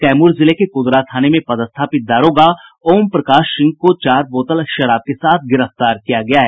कैमूर जिले के कूदरा थाने में पदस्थापित दारोगा ओमप्रकाश सिंह को चार बोतल शराब के साथ गिरफ्तार किया गया है